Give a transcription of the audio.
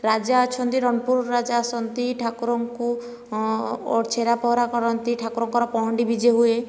ରାଜା ଅଛନ୍ତି ରଣପୁର ରାଜା ଆସନ୍ତି ଠାକୁରଙ୍କୁ ଓ ଛେରା ପହଁରା କରନ୍ତି ଠାକୁରଙ୍କର ପହଣ୍ଡି ବିଜେ ହୁଏ